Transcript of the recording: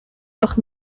doch